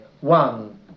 one